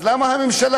אז למה הממשלה?